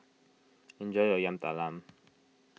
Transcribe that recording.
enjoy your Yam Talam